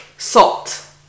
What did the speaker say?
salt